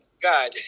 God